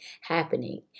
happening